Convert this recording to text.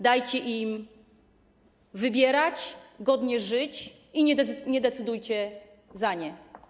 Dajcie im wybierać, godnie żyć i nie decydujcie za nie.